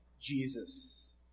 Jesus